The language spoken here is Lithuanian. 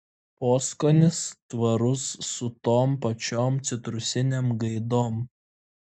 poskonis tvarus su tom pačiom citrusinėm gaidom